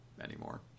anymore